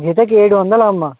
జతకి ఏడు వందలా అమ్మా